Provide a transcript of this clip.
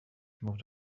removed